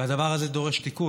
והדבר הזה דורש תיקון.